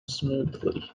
smoothly